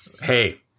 Hey